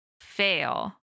fail